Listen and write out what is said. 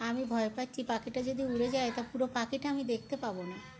আমি ভয় পাচ্ছি পাখিটা যদি উড়ে যায় তাহলে পুরো পাখিটা আমি দেখতে পাবো না